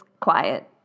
quiet